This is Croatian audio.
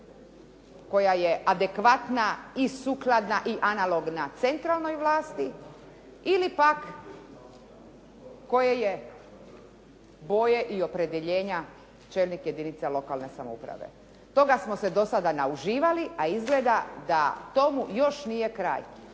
koja je adekvatna i sukladna i analogna centralnoj vlasti ili pak koje je boje i opredjeljenja čelnik jedinice lokalne samouprave. Toga smo se do sada nauživali, a izgleda a tomu još nije kraj.